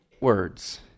words